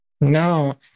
No